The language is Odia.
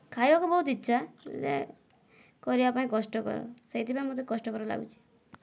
ଖାଇବାକୁ ବହୁତ ଇଚ୍ଛା ହେଲେ କରିବା ପାଇଁ କଷ୍ଟକର ସେହିଥିପାଇଁ ମୋତେ କଷ୍ଟକର ଲାଗୁଛି